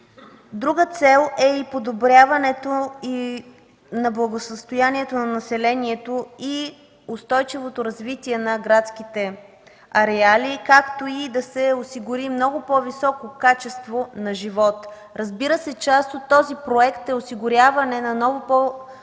Друга цел е подобряването на благосъстоянието на населението и устойчивото развитие на градските ареали, както и да се осигури много по-високо качество на живот. Разбира се, част от този проект е осигуряване на ново по-добро качество